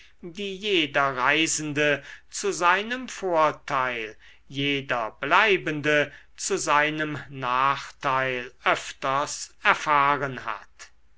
die jeder reisende zu seinem vorteil jeder bleibende zu seinem nachteil öfters erfahren hat